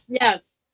yes